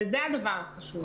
זה הדבר החשוב.